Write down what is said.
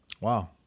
Wow